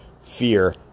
fear